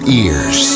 ears